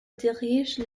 dirige